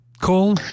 call